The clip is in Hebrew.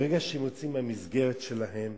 ברגע שהם יוצאים מהמסגרת שלהם,